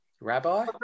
Rabbi